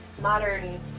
modern